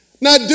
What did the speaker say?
Now